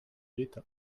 l’état